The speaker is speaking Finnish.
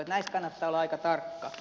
näissä kannattaa olla aika tarkka